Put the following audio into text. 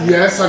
Yes